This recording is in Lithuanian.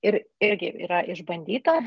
ir irgi yra išbandyta